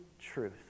truth